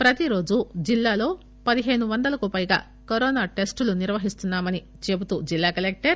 ప్రతిరోజు జిల్లాలో పదిహేను వందల పైగా కరోనా టెస్టులు నిర్వహిస్తున్నా మని అని చెబుతూ జిల్లా కలెక్టర్